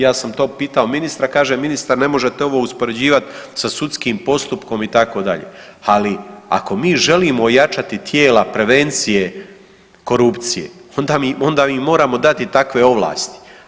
Ja sam to pitao ministra kaže ministar ne možete ovo uspoređivati sa sudskim postupkom itd., ali ako mi želimo ojačati tijela prevencije korupcije onda im moramo dati takve ovlasti.